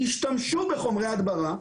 השתמשו בחומרי הדברה,